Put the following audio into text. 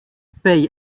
paye